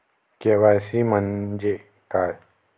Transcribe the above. KYC म्हंजे काय?